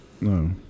No